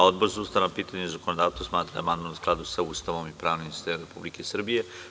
Odbor za ustavna pitanja i zakonodavstvo smatra da je amandman u skladu sa Ustavom i pravnim sistemom Republike Srbije.